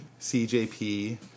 CJP